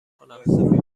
کنم